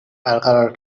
برقرار